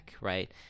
right